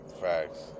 Facts